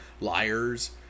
Liars